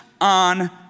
on